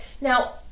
Now